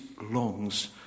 longs